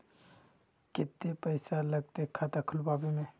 केते पैसा लगते खाता खुलबे में?